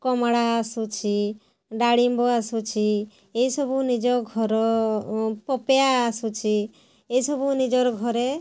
କମଳା ଆସୁଛି ଡାଳିମ୍ବ ଆସୁଛି ଏଇ ସବୁ ନିଜ ଘର ପପେୟା ଆସୁଛି ଏ ସବୁ ନିଜର ଘରେ